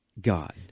God